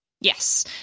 Yes